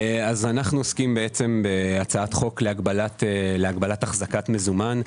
אנחנו עוסקים בהצעת חוק להגבלת החזקת מזומן.